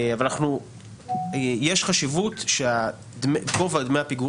אבל יש חשיבות שגובה דמי הפיגור